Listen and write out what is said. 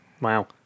Wow